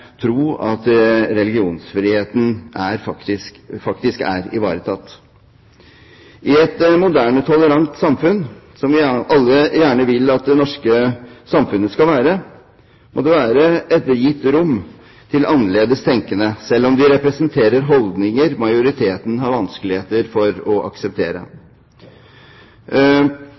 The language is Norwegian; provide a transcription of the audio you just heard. tro at religionsfriheten faktisk er ivaretatt. I et moderne, tolerant samfunn, som vi alle gjerne vil at det norske samfunnet skal være, må det være et gitt rom til annerledes tenkende, selv om de representerer holdninger majoriteten har vanskeligheter med å akseptere.